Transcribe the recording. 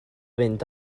fynd